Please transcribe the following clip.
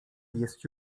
jest